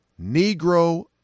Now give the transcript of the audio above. Negro